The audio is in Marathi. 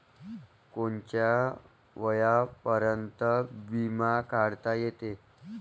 कोनच्या वयापर्यंत बिमा काढता येते?